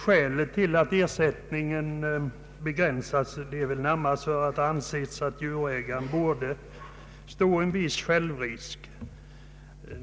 Skälet till att ersättningen begränsats är närmast att det ansetts att djurägaren bör stå en viss självrisk.